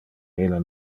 mille